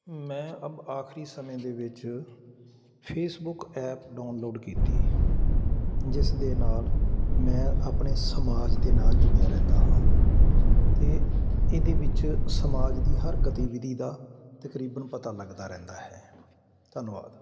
ਮੈਂ ਅਬ ਆਖਰੀ ਸਮੇਂ ਦੇ ਵਿੱਚ ਫੇਸਬੁੱਕ ਐਪ ਡਾਊਨਲੋਡ ਕੀਤੀ ਜਿਸ ਦੇ ਨਾਲ ਮੈਂ ਆਪਣੇ ਸਮਾਜ ਦੇ ਨਾਲ ਜੁੜਿਆ ਰਹਿੰਦਾ ਹਾਂ ਅਤੇ ਇਹਦੇ ਵਿੱਚ ਸਮਾਜ ਦੀ ਹਰ ਗਤੀਵਿਧੀ ਦਾ ਤਕਰੀਬਨ ਪਤਾ ਲੱਗਦਾ ਰਹਿੰਦਾ ਹੈ ਧੰਨਵਾਦ